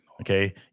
Okay